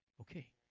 okay